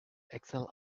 excel